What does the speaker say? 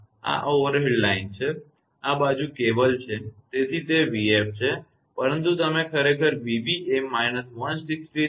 આ overhead line છે આ બાજુ કેબલ છે તેથી તે 𝑣𝑓 છે પરંતુ તમે ખરેખર 𝑣𝑏 એ − 163